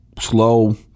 slow